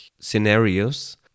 scenarios